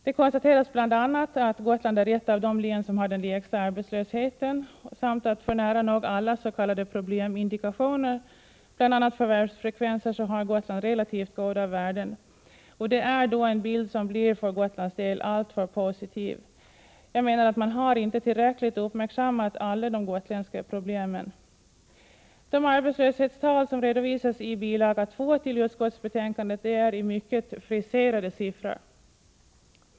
Det konstateras bl.a. att Gotland är ett av de län som har den lägsta arbetslösheten samt att Gotland för nära nog alla s.k. problemindikationer — bl.a. förvärvsfrekvenser — har relativt goda värden. Den bild som ges av Gotland på detta sätt blir alltför positiv. Jag anser att man inte tillräckligt uppmärksammat alla gotländska problem. De arbetslöshetstal som redovisas i bil. 2 till utskottsbetänkandet är mycket friserade siffror.